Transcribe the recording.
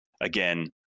Again